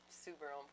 Super